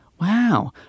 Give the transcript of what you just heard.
Wow